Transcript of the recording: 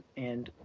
and